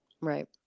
Right